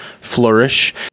flourish